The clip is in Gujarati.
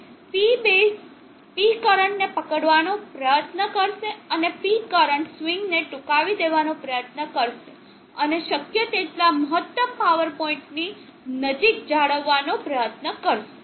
તેથી P બેઝ P કરંટને પકડવાનો પ્રયત્ન કરશે અને P કરંટના સ્વિંગને ટૂંકાવી દેવાનો પ્રયત્ન કરશે અને શક્ય તેટલા મહત્તમ પાવર પોઇન્ટ ની નજીક જાળવવાનો પ્રયત્ન કરશે